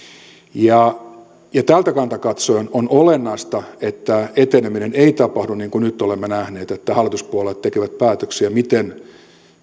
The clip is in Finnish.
tältä kannalta katsoen on olennaista että eteneminen ei tapahdu niin kuin nyt olemme nähneet että hallituspuolueet tekevät päätöksiä